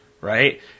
Right